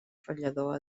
ratllador